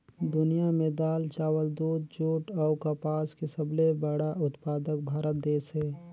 दुनिया में दाल, चावल, दूध, जूट अऊ कपास के सबले बड़ा उत्पादक भारत देश हे